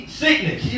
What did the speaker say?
sickness